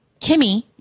Kimmy